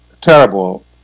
terrible